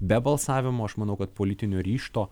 be balsavimo aš manau kad politinio ryžto